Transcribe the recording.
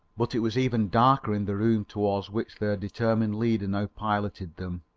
but it was even darker in the room towards which their determined leader now piloted them.